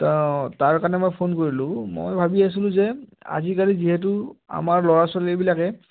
তো অঁ তাৰ কাৰণে মই ফোন কৰিলোঁ মই ভাবি আছিলোঁ যে আজিকালি যিহেতু আমাৰ ল'ৰা ছোৱালীবিলাকে